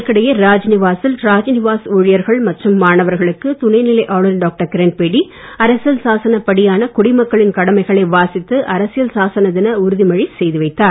இதற்கிடையே ராஜ் நிவாசில் ராஜ் நிவாஸ் ஊழியர்கள் மற்றும் மாணவர்களுக்கு துணைநிலை ஆளுநர் டாக்டர் கிரண்பேடி அரசியல் சாசனப் படியான குடிமக்களின் கடமைகளை வாசித்து அரசியல் சாசன தின உறுதிமொழி செய்துவைத்தார்